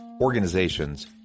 organizations